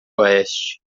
oeste